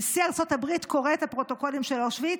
נשיא ארצות הברית קורא את "הפרוטוקולים של אושוויץ"